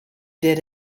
did